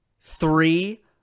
three